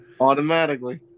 Automatically